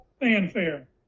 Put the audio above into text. fanfare